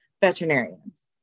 veterinarians